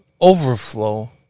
overflow